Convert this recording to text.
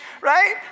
right